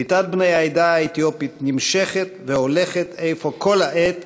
קליטת בני העדה האתיופית נמשכת והולכת אפוא כל העת,